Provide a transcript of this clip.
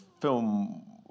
film